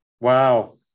Wow